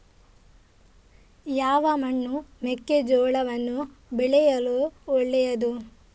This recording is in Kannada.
ಯಾವ ಮಣ್ಣು ಮೆಕ್ಕೆಜೋಳವನ್ನು ಬೆಳೆಯಲು ಒಳ್ಳೆಯದು?